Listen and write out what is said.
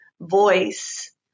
voice